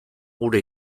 gure